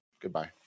goodbye